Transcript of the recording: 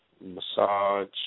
massage